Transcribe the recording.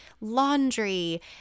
laundry